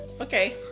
Okay